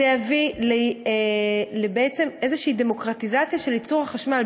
זה יביא בעצם לאיזו דמוקרטיזציה של ייצור החשמל,